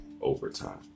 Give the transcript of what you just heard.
overtime